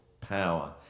power